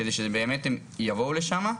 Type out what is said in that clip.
כדי שבאמת הם יבואו לשם.